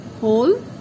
hole